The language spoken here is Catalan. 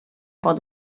pot